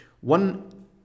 one